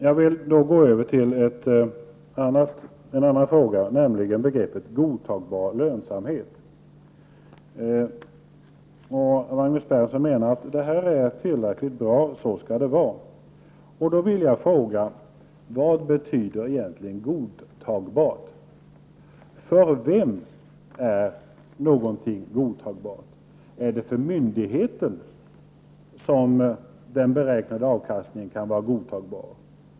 Jag vill då gå över till en annan fråga, nämligen begreppet godtagbar lönsamhet. Menar Magnus Persson att det här är tillräckligt bra och att det skall vara så här? Vad betyder egentligen godtagbart? För vem är någonting godtagbart? Är det för myndigheten som den beräknade avkastningen kan vara godtagbar?